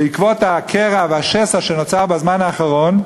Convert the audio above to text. בעקבות הקרע והשסע שנוצרו בזמן האחרון.